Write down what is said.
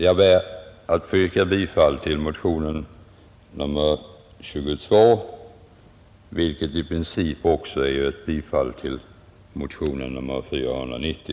Jag ber att få yrka bifall till motionen 22, vilket i princip också är ett bifall till motionen 490.